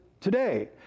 today